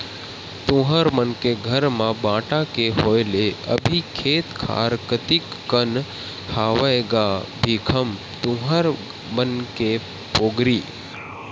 तुँहर मन के घर म बांटा के होय ले अभी खेत खार कतिक कन हवय गा भीखम तुँहर मन के पोगरी?